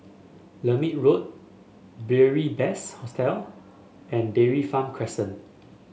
Lermit Road Beary Best Hostel and Dairy Farm Crescent